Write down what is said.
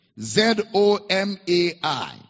Z-O-M-A-I